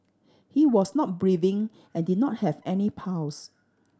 he was not breathing and did not have any pulse